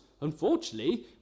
Unfortunately